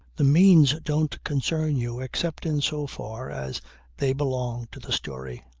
the means don't concern you except in so far as they belong to the story.